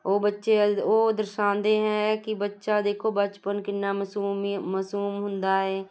ਉਹ ਬੱਚੇ ਉਹ ਦਰਸਾਉਂਦੇ ਹੈ ਕਿ ਬੱਚਾ ਦੇਖੋ ਬਚਪਨ ਕਿੰਨਾ ਮਸੂਮੀ ਮਸੂਮ ਹੁੰਦਾ ਹੈ